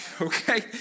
okay